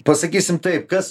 pasakysim taip kas